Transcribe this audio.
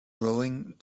rowing